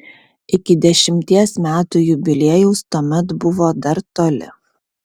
iki dešimties metų jubiliejaus tuomet buvo dar toli